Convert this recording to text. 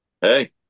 Hey